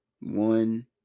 one